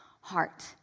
heart